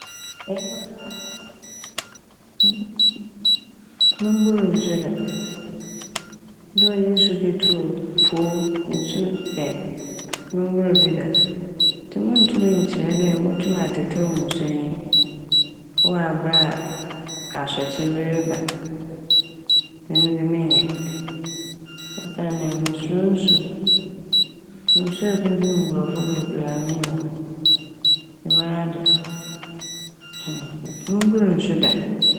Mommbor nsu da dɛ ɔyɛ nsu ketewa o, po o, nsu bɛn mommbor bi da ntsi munntum nkyerɛ dɛ motum atsetsɛw nsu enyi wɔ aber a asɔkyer bi reba eno de mennyɛ osiandɛ musuro nsu. Nsu ekumkum nkorɔfo bebree a minyim hɔn ntsi mara de mommbor nsu da.